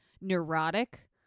neurotic